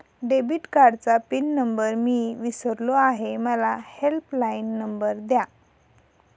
debit कार्डचा pin number मी विसरलो आहे मला हेल्पलाइन नंबर द्या